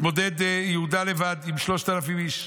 מתמודד יהודה לבד עם 3,000 איש.